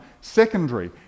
secondary